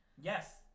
yes